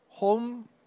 Home